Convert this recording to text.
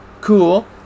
cool